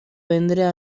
vendre